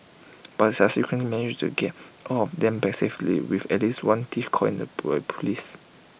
but subsequently managed to get all of them back safely with at least one thief caught by Police